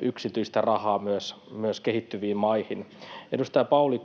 yksityistä rahaa myös kehittyviin maihin. Edustaja Pauli